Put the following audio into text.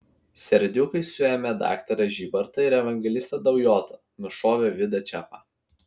serdiukai suėmė daktarą žybartą ir evangelistą daujotą nušovė vidą čepą